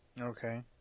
Okay